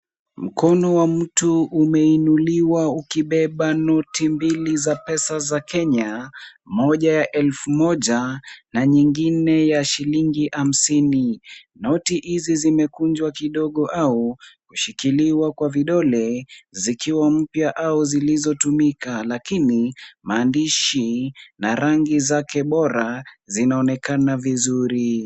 Mkono wa mtu umeinuliwa ukibeba noti mbili za pesa za Kenya, moja ya elfu moja na nyingine ya shilingi hamsini. Noti hizi zimekunjwa kidogo au kushikiliwa kwa vidole zikiwa mpya au zilizotumika, lakini maandishi na rangi zake bora zinaonekana vizuri.